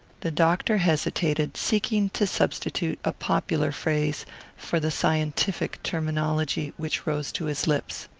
the doctor hesitated, seeking to substitute a popular phrase for the scientific terminology which rose to his lips.